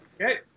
Okay